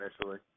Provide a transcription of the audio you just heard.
initially